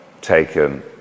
taken